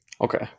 Okay